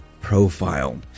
profile